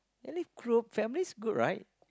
at least group family group right